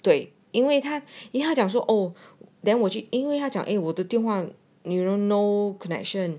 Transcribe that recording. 对因为他因为他讲说哦 then 我去因为他讲诶我的兑换 you know no connection